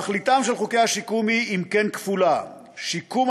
תכליתם של חוקי השיקום היא אפוא כפולה: שיקום